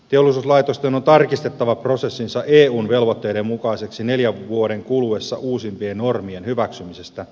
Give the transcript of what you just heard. teollisuuslaitosten on tarkistettava prosessinsa eun velvoitteiden mukaiseksi neljän vuoden kuluessa uusimpien normien hyväksymisestä